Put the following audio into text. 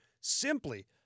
simply